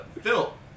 phil